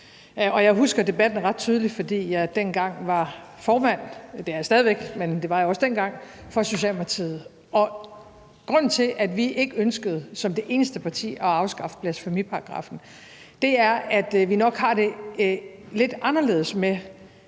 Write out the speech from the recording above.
Jeg husker debatten ret tydeligt, fordi jeg dengang – det er jeg stadig væk – var formand for Socialdemokratiet. Grunden til, at vi som det eneste parti ikke ønskede at afskaffe blasfemiparagraffen, var, at vi nok har det lidt anderledes med,